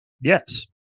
Yes